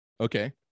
Okay